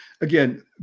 again